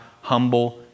humble